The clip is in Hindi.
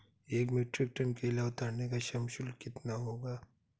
एक मीट्रिक टन केला उतारने का श्रम शुल्क कितना होगा?